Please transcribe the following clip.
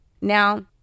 Now